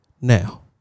Now